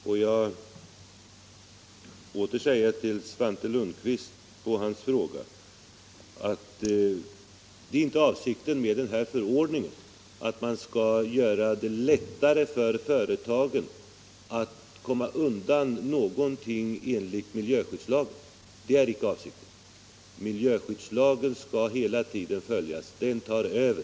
Låt mig åter säga till Svante Lundkvist med anledning av hans fråga, att det är inte avsikten med förordningen att man skall göra det lättare för företagen att komma undan någonting som gäller enligt miljöskyddslagen. Jag upprepar att det icke är avsikten. Miljöskyddslagen skall hela tiden följas — den tar över.